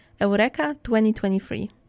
Eureka2023